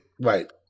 Right